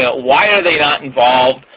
ah why are they not involved?